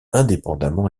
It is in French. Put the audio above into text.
indépendamment